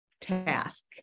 task